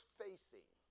facing